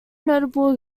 notable